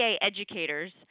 educators